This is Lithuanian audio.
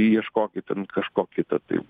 ieškokit ten kažkokį tą tai